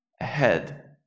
ahead